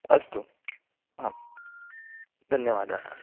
अस्तु आं धन्यवादाः